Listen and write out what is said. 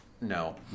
No